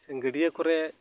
ᱥᱮ ᱜᱟᱹᱰᱭᱟᱹ ᱠᱚᱨᱮ